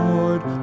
Lord